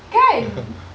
kan